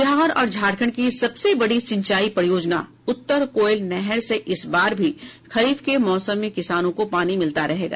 बिहार और झारखंड की सबसे बड़ी सिंचाई परियोजना उत्तर कोयल नहर से इस बार भी खरीफ के मौसम में किसानों को पानी मिलता रहेगा